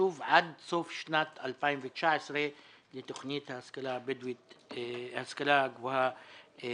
התקצוב עד סוף שנת 2019 לתוכנית ההשכלה הגבוהה בדרום.